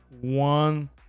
one